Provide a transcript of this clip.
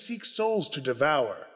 seek souls to devour